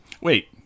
Wait